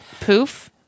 poof